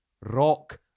rock